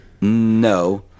No